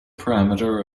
parameter